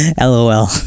LOL